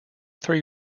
three